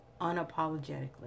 unapologetically